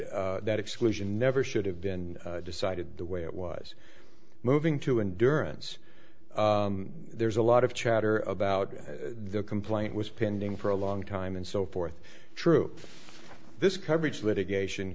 that exclusion never should have been decided the way it was moving to in durance there's a lot of chatter about the complaint was pending for a long time and so forth troup this coverage of litigation